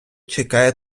чекає